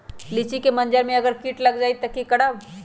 लिचि क मजर म अगर किट लग जाई त की करब?